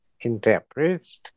interprets